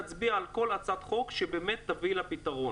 נצביע על כל הצעת חוק שבאמת תביא לפתרון.